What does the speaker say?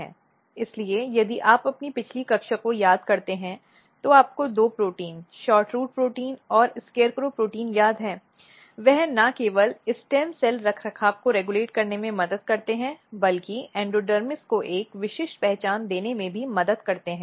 इसलिए यदि आप अपनी पिछली कक्षा को याद करते हैं तो आपको दो प्रोटीन SHORTROOT प्रोटीन और SCARECROW प्रोटीन याद हैं वे न केवल स्टेम सेल रखरखाव को रेगुलेट करने में मदद करते हैं बल्कि एंडोडर्मिस को एक विशिष्ट पहचान देने में भी मदद करते हैं